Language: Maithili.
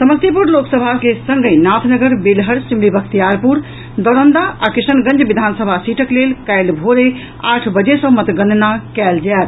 समस्तीपुर लोकसभा के संगहि नाथनगर बेलहर सिमरी बख्तियारपुर दरौंदा आ किशनगंज विधानसभा सीटक लेल काल्हि भोरे आठ बजे सँ मतगणना कयल जायत